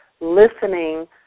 listening